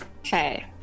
Okay